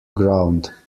ground